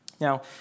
Now